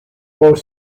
both